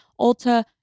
Ulta